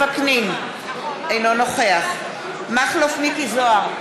אינו נוכח מכלוף מיקי זוהר,